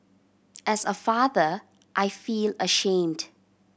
as a father I feel ashamed